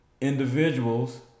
individuals